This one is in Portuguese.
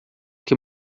que